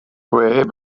way